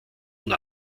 und